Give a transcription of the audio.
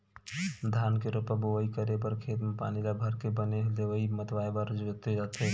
धान के रोपा बोवई करे बर खेत म पानी ल भरके बने लेइय मतवाए बर जोते जाथे